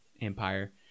empire